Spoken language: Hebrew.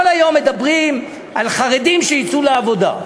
כל היום מדברים על חרדים שיצאו לעבודה,